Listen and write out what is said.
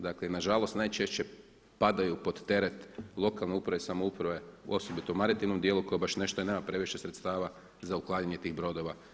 Dakle i nažalost i najčešće padaju pod teret lokalne uprave i samouprave osobito u maritimnom dijelu koji baš nema previše sredstava za uklanjanje tih brodova.